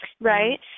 Right